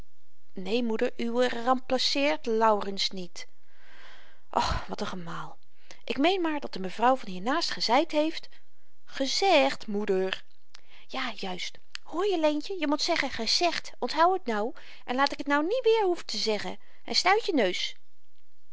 né moeder uwe remplaceert laurens niet och wat n gemaal ik meen maar dat de mevrouw van hiernaast gezeid heeft gezegd moeder ja juist hoorje leentje je mot zeggen gezegd onthou t nou en laat ik t nou niet weêr hoeven te zeggen en snuit je neus